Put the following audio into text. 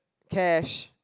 cash